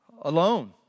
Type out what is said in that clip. alone